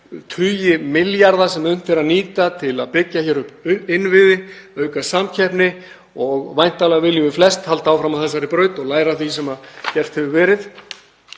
tugi milljarða sem unnt er að nýta til að byggja upp innviði, auka samkeppni og væntanlega viljum við flest halda áfram á þessari braut og læra af því sem gert hefur verið.